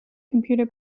computer